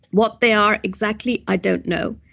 what they are exactly, i don't know.